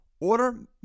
Order